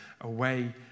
away